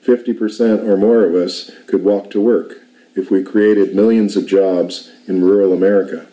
for fifty percent or more of us could walk to work if we created millions of drives in rural america